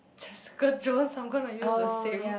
Jessica-Jones I'm gonna use the same